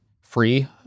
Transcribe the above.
free